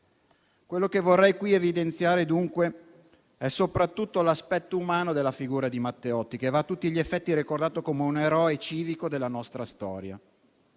Quello che vorrei qui evidenziare, dunque, è soprattutto l'aspetto umano della figura di Matteotti, che va a tutti gli effetti ricordato come un eroe civico della nostra storia.